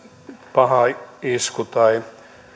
paha isku tai